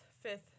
fifth